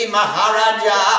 Maharaja